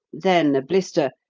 then a blister,